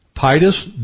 Titus